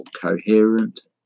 coherent